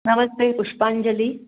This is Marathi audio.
नमस्ते पुष्पांजली